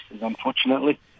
unfortunately